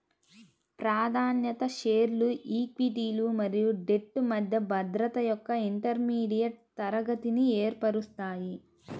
ప్రాధాన్యత షేర్లు ఈక్విటీలు మరియు డెట్ మధ్య భద్రత యొక్క ఇంటర్మీడియట్ తరగతిని ఏర్పరుస్తాయి